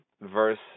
verse